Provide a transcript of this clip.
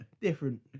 Different